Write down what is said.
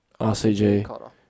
RCG